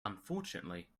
unfortunately